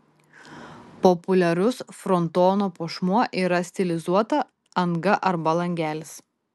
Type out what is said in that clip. populiarus frontono puošmuo yra stilizuota anga arba langelis